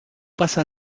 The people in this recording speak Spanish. pasa